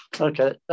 okay